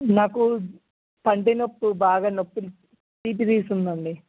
నాకు పంటి నొప్పు బాగా నొప్పి తీపి తీసింది అండి